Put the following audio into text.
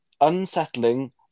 unsettling